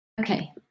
okay